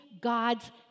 God's